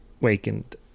Wakened